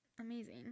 amazing